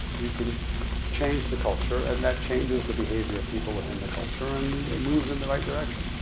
you can change the culture. and that changes the behavior of people within the culture, and moves in the right direction.